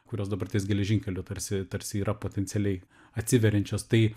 kurios dabarties geležinkeliu tarsi tarsi yra potencialiai atsiveriančios tai